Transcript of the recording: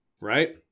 Right